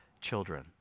children